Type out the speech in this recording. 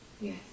yes